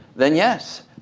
then yes,